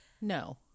No